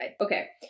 okay